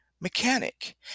mechanic